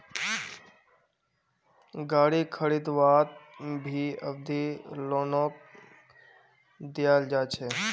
गारी खरीदवात भी अवधि लोनक दियाल जा छे